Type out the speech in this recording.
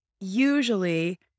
Usually